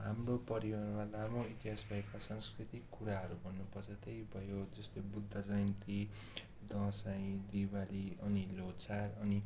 हाम्रो परिवारमा लामो इतिहास भएका सांस्कृतिक कुराहरू भन्नुपर्दा त्यही भयो जस्तो बुद्ध जयन्ती दसैँ दिवाली अनि लोसार अनि